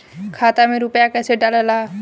खाता में रूपया कैसे डालाला?